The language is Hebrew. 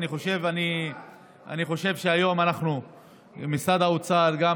אני חושב שהיום אנחנו במשרד האוצר גם